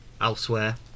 elsewhere